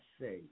say